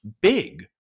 big